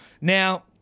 Now